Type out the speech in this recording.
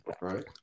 Right